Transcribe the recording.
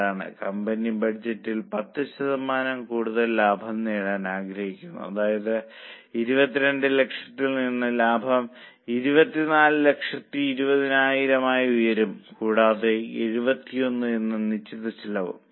2 ആണ് കമ്പനി ബഡ്ജറ്റിൽ 10 ശതമാനം കൂടുതൽ ലാഭം നേടാൻ ആഗ്രഹിക്കുന്നു അതായത് 2200000ൽ നിന്ന് ലാഭം 2420000 ആയി ഉയരും കൂടാതെ 71 എന്ന നിശ്ചിത ചെലവും